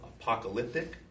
apocalyptic